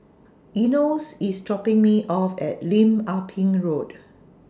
Enos IS dropping Me off At Lim Ah Pin Road